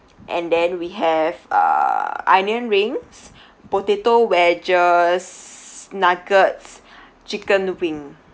and then we have uh onion rings potato wedges nuggets chicken wing